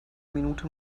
minute